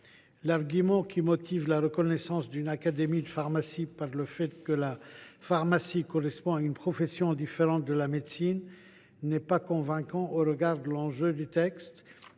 L’argument qui motive la reconnaissance d’une académie de pharmacie par le fait que la pharmacie correspond à une profession différente de la médecine n’est pas convaincant au regard de l’enjeu du texte